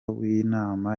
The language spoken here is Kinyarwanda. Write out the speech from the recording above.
w’inama